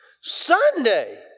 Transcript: Sunday